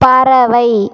பறவை